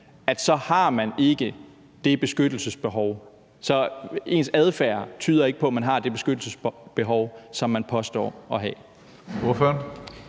så har man ikke det beskyttelsesbehov; så tyder ens adfærd ikke på, at man har det beskyttelsesbehov, som man påstår at have.